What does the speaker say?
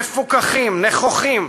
מפוכחים, נכוחים,